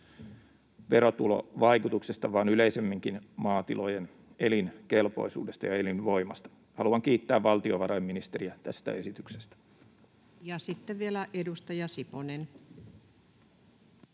verotulovaikutuksesta vaan yleisemminkin maatilojen elinkelpoisuudesta ja elinvoimasta. Haluan kiittää valtiovarainministeriä tästä esityksestä. Ja sitten vielä edustaja Siponen.